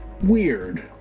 Weird